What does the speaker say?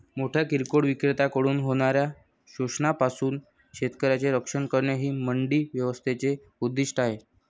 मोठ्या किरकोळ विक्रेत्यांकडून होणाऱ्या शोषणापासून शेतकऱ्यांचे संरक्षण करणे हे मंडी व्यवस्थेचे उद्दिष्ट आहे